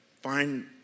find